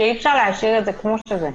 שאי-אפשר להשאיר את זה כמו שזה.